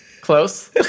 close